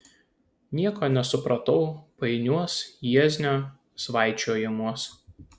nieko nesupratau painiuos jieznio svaičiojimuos